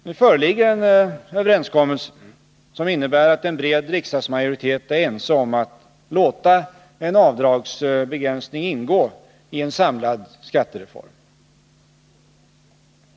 Nu föreligger en överenskommelse som innebär att en bred riksdagsmajoritet är ense om att tiska åtgärder låta en avdragsbegränsning ingå i en samlad skattereform.